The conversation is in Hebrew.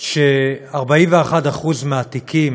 ש-41% מהתיקים